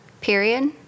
period